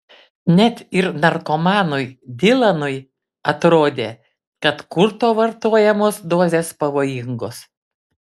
net ir narkomanui dylanui atrodė kad kurto vartojamos dozės pavojingos